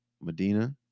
Medina